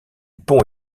pont